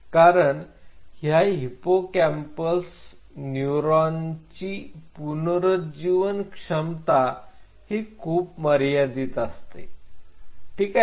कारण ह्या हिप्पोकँपाल न्यूरॉनची पुनरुज्जीवन क्षमता ही खूप मर्यादित असते ठीक आहे